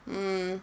mm